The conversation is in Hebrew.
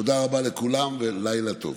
תודה רבה לכולם ולילה טוב.